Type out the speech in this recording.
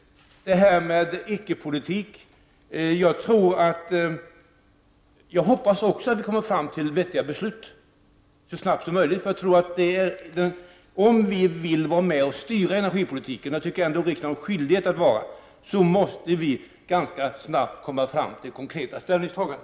Beträffande icke-politiken vill jag säga följande. Också jag hoppas att vi kommer fram till vettiga beslut så snabbt som möjligt. Om vi här i riksdagen vill vara med och styra energipolitiken, vilket jag tycker att riksdagen har skyldighet att göra, måste vi ganska snabbt komma fram till konkreta ställningstaganden.